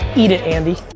eat it, andy.